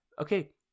Okay